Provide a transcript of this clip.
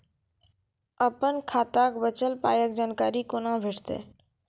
अपन खाताक बचल पायक जानकारी कूना भेटतै?